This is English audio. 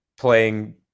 playing